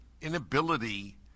inability